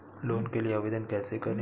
Loan के लिए आवेदन कैसे करें?